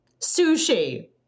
sushi